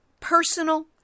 personal